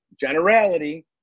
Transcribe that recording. generality